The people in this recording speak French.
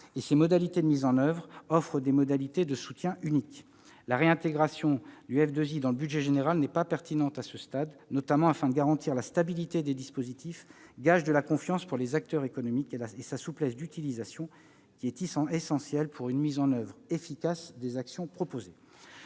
par ses conditions de mise en oeuvre, il offre des modalités de soutien uniques. La réintégration du FII dans le budget général n'est pas pertinente à ce stade : il convient de garantir la stabilité des dispositifs, gage de confiance pour les acteurs économiques, et leur souplesse d'utilisation, qui est essentielle à une mise en oeuvre efficace des actions proposées.